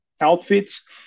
outfits